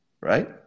Right